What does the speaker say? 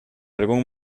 algún